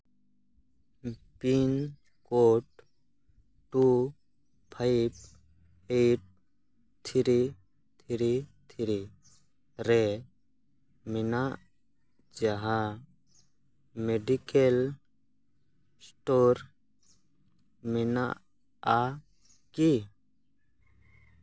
pin code two five eight three three three ᱨᱮ ᱢᱮᱱᱟᱜ ᱡᱟᱦᱟᱸ ᱢᱮᱰᱤᱠᱮᱞ ᱥᱴᱳᱨ ᱢᱮᱱᱟᱜᱼᱟ ᱠᱤ